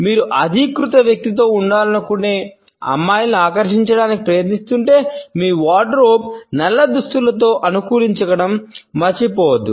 మీరు అధీకృత వ్యక్తితో ఉండాలనుకునే అమ్మాయిలను ఆకర్షించడానికి ప్రయత్నిస్తుంటే మీ వార్డ్రోబ్ను మర్చిపోవద్దు